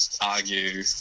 argue